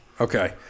Okay